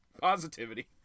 Positivity